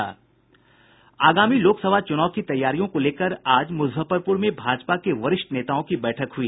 आगामी लोकसभा चूनाव की तैयारियों को लेकर आज मूजफ्फरपूर में भाजपा के वरिष्ठ नेताओं की बैठक हुई